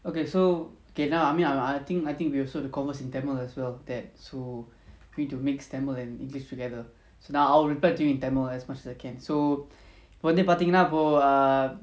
okay so okay now I mean I I think I think we have to also converse in tamil as well dad so we need to mixed tamil and english together so now I will reply to you in tamil as much as I can so உடனேபார்த்தீங்கன்னாஇப்போ:udane partheengana ipo err